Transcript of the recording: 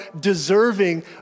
deserving